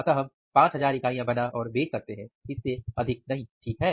अतः हम 5000 इकाइयां बना और बेच सकते हैं इससे अधिक नहीं ठीक है